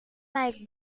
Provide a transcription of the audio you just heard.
naik